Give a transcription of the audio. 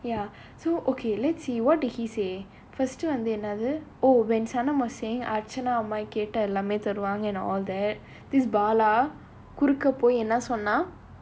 ya so okay let's see what did he say first வந்து என்னது:vandhu ennathu oh when sanam was saying archer கேட்டா எல்லாமே தருவாங்க:kettaa ellaamae tharuvaanga and all that this bala குடுக்குறப்போ என்ன சொன்னான்:kudukurappo enna sonnaan